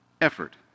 effort